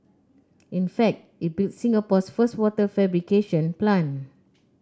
in fact it built Singapore's first water fabrication plant